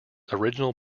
original